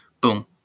boom